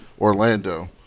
Orlando